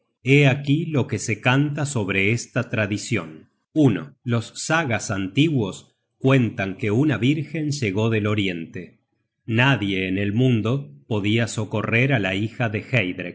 hé aquí lo que se canta sobre esta tradicion los sagas antiguos cuentan que una vírgen llegó del oriente nadie en el mundo podia socorrer á la hija de